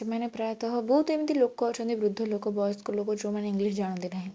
ସେମାନେ ପ୍ରାୟତଃ ବହୁତ ଏମିତି ଲୋକ ଅଛନ୍ତି ବୃଦ୍ଧ ଲୋକ ବୟସ୍କ ଲୋକ ଯେଉଁମାନେ ଇଂଲିଶ ଜାଣନ୍ତି ନାହିଁ